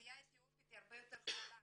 האוכלוסייה האתיופית היא הרבה יותר חולה,